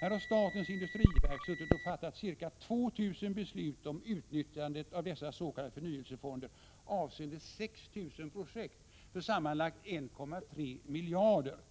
Här har statens industriverk fattat ca 2 000 beslut om utnyttjandet av dessa s.k. förnyelsefonder avseende 6 000 projekt för sammanlagt 1,3 miljarder kronor.